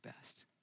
best